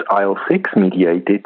IL-6-mediated